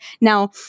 Now